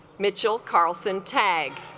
mitchell carlson tag